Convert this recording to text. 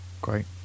Great